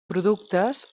productes